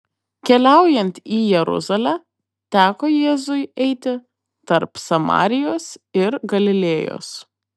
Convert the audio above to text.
keliaujant į jeruzalę teko jėzui eiti tarp samarijos ir galilėjos